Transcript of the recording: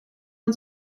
man